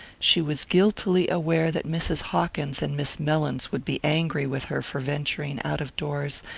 she was guiltily aware that mrs. hawkins and miss mellins would be angry with her for venturing out of doors,